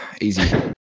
Easy